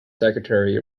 secretary